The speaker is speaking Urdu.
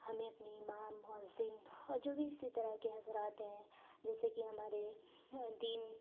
ہمیں اپنے امام مؤذن اور جو بھی اسی طرح کے حضرات ہیں جیسے کہ ہمارے دین